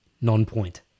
non-point